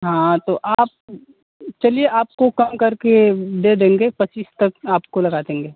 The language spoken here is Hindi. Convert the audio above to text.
हाँ तो आप चलिए आपको कम करके दे देंगे पच्चीस तक आपको लगा देंगे